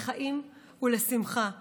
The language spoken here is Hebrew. לחיים ולשמחה ולשלום".